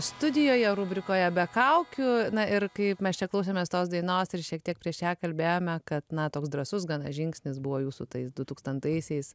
studijoje rubrikoje be kaukių ir kaip mes čia klausėmės tos dainos ir šiek tiek prieš ją kalbėjome kad na toks drąsus gan žingsnis buvo jūsų tais du tūkstantaisiais